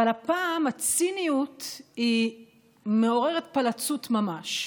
אבל הפעם הציניות היא מעוררת פלצות ממש.